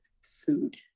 food